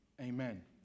amen